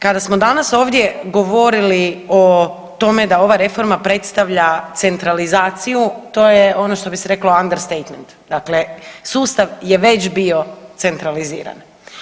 Kada smo danas ovdje govorili o tome da ova reforma predstavlja centralizaciju, to je ono što bi se reklo understatement, dakle sustav je već bio centraliziran.